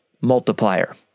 multiplier